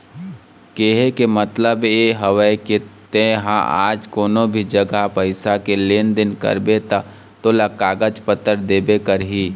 केहे के मतलब ये हवय के ते हा आज कोनो भी जघा पइसा के लेन देन करबे ता तोला कागज पतर देबे करही